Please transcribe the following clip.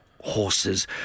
horses